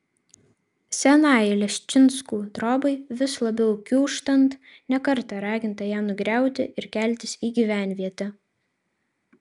senajai leščinskų trobai vis labiau kiūžtant ne kartą raginta ją nugriauti ir keltis į gyvenvietę